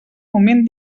moment